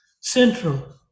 central